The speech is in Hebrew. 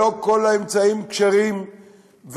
לא כל האמצעים כשרים,